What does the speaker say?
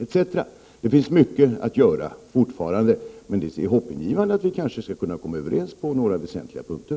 Det finns fortfarande mycket att göra, men det verkar hoppingivande att vi kanske kan komma överens på några väsentliga punkter.